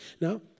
Now